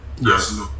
Yes